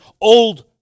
old